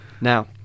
Now